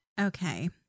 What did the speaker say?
Okay